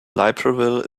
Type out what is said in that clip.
libreville